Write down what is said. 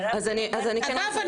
אגב,